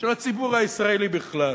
של הציבור הישראלי בכלל.